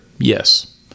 Yes